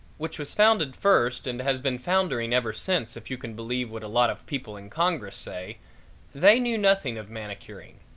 which was founded first and has been foundering ever since if you can believe what a lot of people in congress say they knew nothing of manicuring.